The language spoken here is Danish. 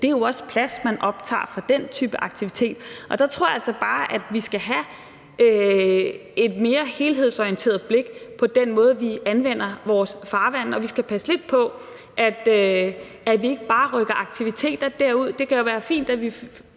er det jo også plads, man optager for den type aktivitet. Og der tror jeg altså bare, at vi skal have et mere helhedsorienteret blik på den måde, vi anvender vores farvande på. Og vi skal passe lidt på, at vi ikke bare rykker aktiviteter derud. Det kan jo være fint, at vi